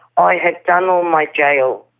i have done all my jail,